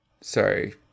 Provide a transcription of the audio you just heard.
Sorry